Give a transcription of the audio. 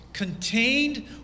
contained